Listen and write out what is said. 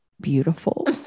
beautiful